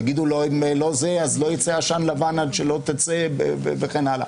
יגידו לו: לא יצא עשן לבן עד שלא תצא וכן הלאה.